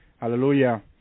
hallelujah